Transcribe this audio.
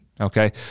okay